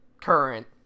current